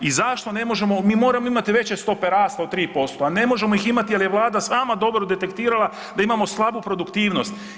I zašto ne možemo, mi moramo imati veće stope rasta od 3%, a ne možemo ih imati jel je vlada sama dobro detektirala da imamo slabu produktivnost.